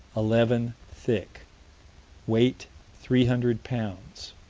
eleven thick weight three hundred pounds.